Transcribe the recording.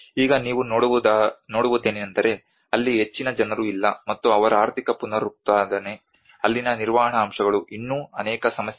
ಈಗ ನೀವು ನೋಡುವುದೇನೆಂದರೆ ಅಲ್ಲಿ ಹೆಚ್ಚಿನ ಜನರು ಇಲ್ಲ ಮತ್ತು ಅವರ ಆರ್ಥಿಕ ಪುನರುತ್ಪಾದನೆ ಅಲ್ಲಿನ ನಿರ್ವಹಣಾ ಅಂಶಗಳು ಇನ್ನೂ ಅನೇಕ ಸಮಸ್ಯೆಗಳಿವೆ